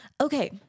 Okay